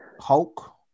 hulk